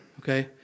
okay